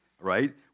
right